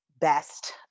best